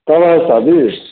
कब है शादी